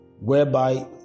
whereby